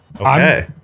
Okay